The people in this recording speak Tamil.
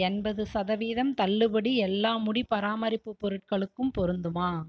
எண்பது சதவீதம் தள்ளுபடி எல்லா முடி பராமரிப்பு பொருட்களுக்கும் பொருந்துமா